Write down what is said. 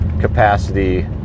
capacity